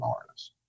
artists